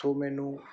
ਸੋ ਮੈਨੂੰ